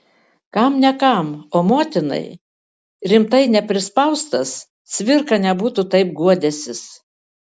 kam ne kam o motinai rimtai neprispaustas cvirka nebūtų taip guodęsis